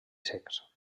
secs